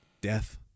Death